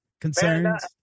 concerns